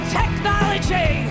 technology